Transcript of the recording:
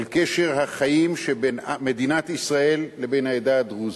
על קשר החיים שבין מדינת ישראל לבין העדה הדרוזית.